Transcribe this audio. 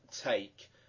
take